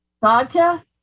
vodka